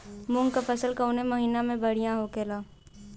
मुँग के फसल कउना महिना में बढ़ियां होला?